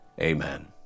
Amen